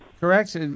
correct